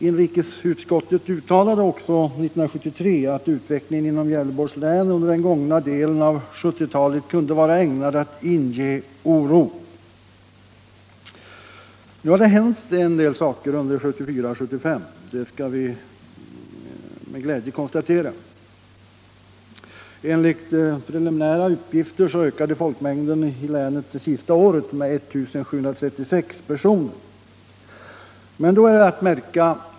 Inrikesutskottet uttalade också år 1973 att utvecklingen inom Gävleborgs län under den gångna delen av 1970-talet kunde vara ägnad att inge oro. Nu har det hänt en del saker under 1974 och 1975 — det skall vi med glädje konstatera. Enligt preliminära uppgifter ökade folkmängden i länet under förra året med 1736 personer.